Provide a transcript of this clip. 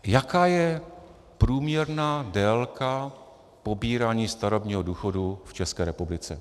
Jaká je průměrná délka pobírání starobního důchodu v České republice?